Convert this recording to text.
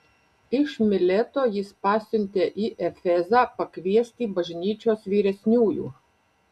iš mileto jis pasiuntė į efezą pakviesti bažnyčios vyresniųjų